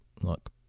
look